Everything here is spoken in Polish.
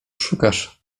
szukasz